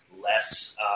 less